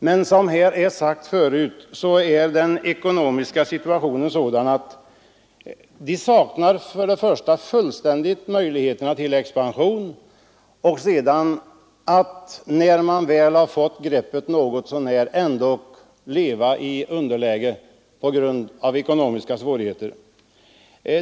Men som sagt är den ekonomiska situationen sådan att man för det första fullständigt saknar möjligheter till expansion, för det andra, när man väl har fått greppet något så när, ändå befinner sig i underläge på grund av ekonomiska svårigheter.